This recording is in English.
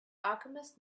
alchemist